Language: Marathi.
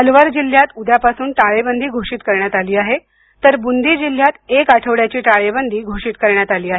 अलवार जिल्ह्यात उद्यापासून टाळेबंदी घोषित करण्यात आली आहे तर बुंदी जिल्ह्यात एक आठवड्याची टाळेबंदी घोषित करण्यात आली आहे